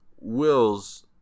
Will's